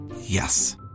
yes